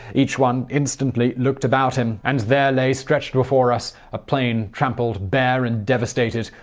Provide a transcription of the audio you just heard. each one instantly looked about him, and there lay stretched before us a plain trampled, bare, and devastated,